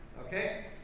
okay.